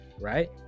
right